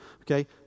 okay